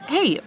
Hey